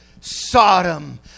Sodom